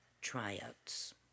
tryouts